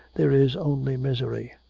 there is only misery.